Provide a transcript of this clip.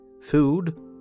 food